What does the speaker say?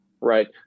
Right